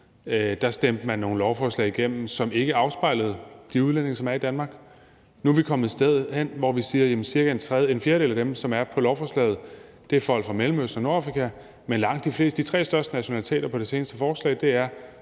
stemte man nogle lovforslag igennem, som ikke afspejlede sammensætningen af de udlændinge, som var i Danmark. Nu er vi kommet et sted hen, hvor cirka en fjerdedel af dem, som er på lovforslaget, er folk fra Mellemøsten og Nordafrika, men langt de fleste – de tre største nationaliteter på det seneste forslag – er